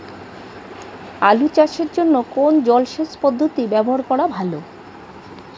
আলু চাষের জন্য কোন জলসেচ পদ্ধতি ব্যবহার করা ভালো?